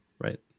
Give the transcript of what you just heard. right